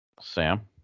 Sam